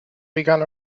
began